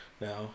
now